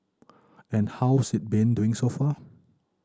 and how's it been doing so far